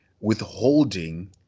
withholding